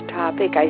topic